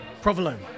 Provolone